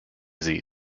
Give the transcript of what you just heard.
sie